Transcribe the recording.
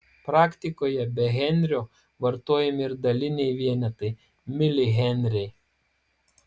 praktikoje be henrio vartojami ir daliniai vienetai milihenriai